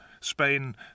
Spain